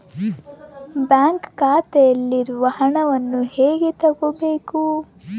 Bank ಖಾತೆಯಲ್ಲಿರುವ ಹಣವನ್ನು ಹೇಗೆ ತಗೋಬೇಕು?